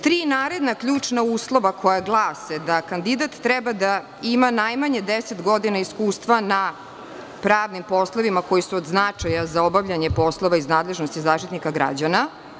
Tri naredna ključna uslova koja glase da kandidat treba da ima najmanje 10 godina iskustva na pravnim poslovima, koji su od značaja za obavljanje poslova iz nadležnosti Zaštitnika građana.